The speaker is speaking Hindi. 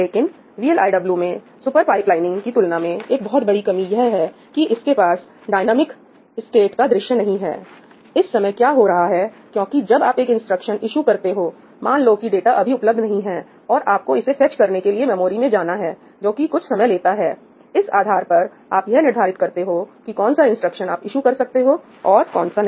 लेकिन VLIW में सुपर पाइपलाइनिंग की तुलना में एक बहुत बड़ी कमी यह है कि इसके पास डायनेमिक स्टेट का दृश्य नहीं है कि इस समय क्या हो रहा हैक्योंकि जब आप एक इंस्ट्रक्शन ईशु करते हो मान लो कि डाटा अभी उपलब्ध नहीं है और आपको इसे फेच करने के लिए मेमोरी में जाना है जो कि कुछ समय लेता है इस आधार पर आप यह निर्धारित करते हो कि कौन सा इंस्ट्रक्शन आप ईशु कर सकते हो और कौन सा नहीं